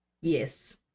Yes